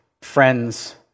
friends